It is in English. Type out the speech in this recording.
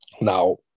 now